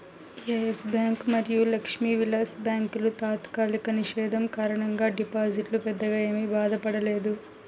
yes Bank మరియు లక్ష్మీ విలాస్ బ్యాంకుల తాత్కాలిక నిషేధం కారణంగా డిపాజిటర్లు పెద్దగా ఏమీ బాధపడలేదు